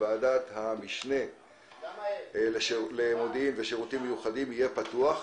ועדת המשנה למודיעין ושירותים מיוחדים יהיה פתוח,